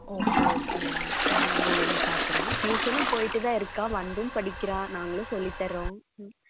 okay ஓகேங்க நான் என்னென்னு பார்க்குறேங்க ட்யூஷனும் போய்ட்டு தான் இருக்காள் வந்தும் படிக்குறாள் நாங்களும் சொல்லித்தரோம் ம்